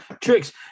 tricks